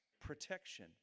protection